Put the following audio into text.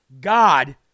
God